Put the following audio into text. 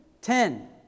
Ten